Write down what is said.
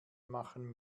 machen